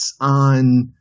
on